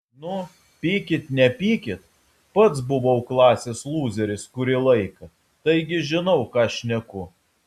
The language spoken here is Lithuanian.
nu pykit nepykit pats buvau klasės lūzeris kurį laiką taigi žinau ką šneku